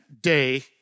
day